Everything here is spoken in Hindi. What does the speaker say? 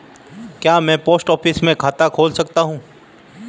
क्या मैं पोस्ट ऑफिस में खाता खोल सकता हूँ?